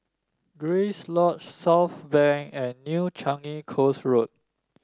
Grace Lodge Southbank and New Changi Coast Road